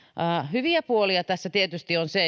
hyviä puolia tässä tietysti on se